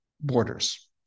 borders